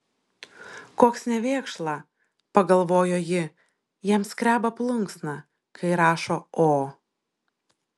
koks nevėkšla pagalvojo ji jam skreba plunksna kai rašo o